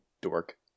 dork